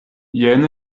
jen